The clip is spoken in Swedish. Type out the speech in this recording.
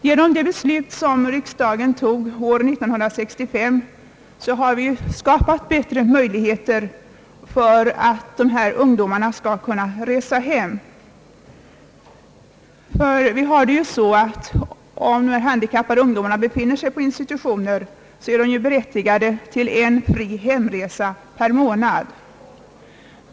Genom det beslut som riksdagen fattade år 1965 har bättre möjligheter skapats för dessa ungdomar att kunna resa hem. När de handikappade ungdomarna vistas på vårdinstitutioner är de berättigade till en fri hemresa per månad.